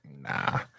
nah